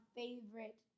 favorite